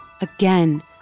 Again